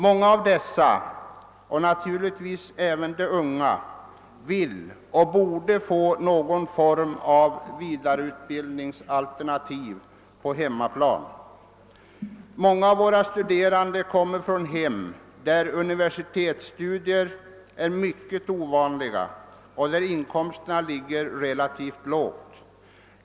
Många av dessa, och naturligtvis även de unga, vill och borde få någon form av vidareutbildningsalternativ på hemmaplan: En stor del av våra studerande kommer från hem, där universitetsstudier är mycket ovanliga och inkomsterna ligger relativt lågt.